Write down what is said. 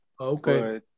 Okay